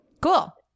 Cool